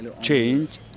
change